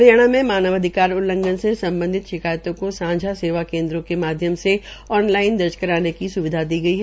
हरियाणा में मानव अधिकार उल्लंघन से सम्बधित शिकायतों को सांझा सेवा केन्द्रों के माध्यम से ऑन लाइन दर्ज की सुविधा दी गई है